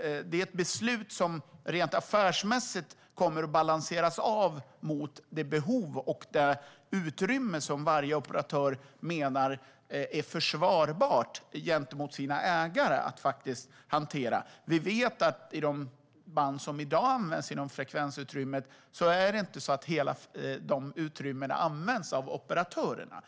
är ett beslut som affärsmässigt kommer att balanseras av mot det behov och det utrymme som varje operatör menar är försvarbart gentemot sina ägare att faktiskt hantera. Vi vet att i de band som i dag används inom frekvensutrymmet är det inte så att hela de utrymmena används av operatörerna.